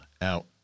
out